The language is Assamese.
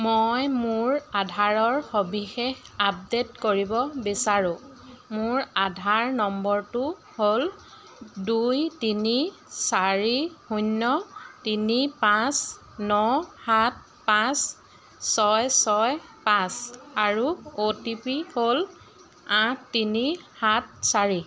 মই মোৰ আধাৰৰ সবিশেষ আপডে'ট কৰিব বিচাৰোঁ মোৰ আধাৰ নম্বৰটো হ'ল দুই তিনি চাৰি শূন্য তিনি পাঁচ ন সাত পাঁচ ছয় ছয় পাঁচ আৰু অ' টি পি হ'ল আঠ তিনি সাত চাৰি